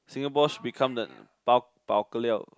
Singapore should become the bao-ka-liao